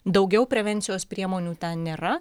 daugiau prevencijos priemonių ten nėra